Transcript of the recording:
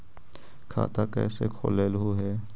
खाता कैसे खोलैलहू हे?